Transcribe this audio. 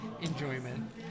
enjoyment